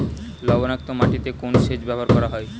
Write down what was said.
লবণাক্ত মাটিতে কোন সেচ ব্যবহার করা হয়?